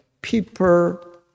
people